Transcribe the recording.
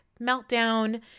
meltdown